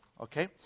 Okay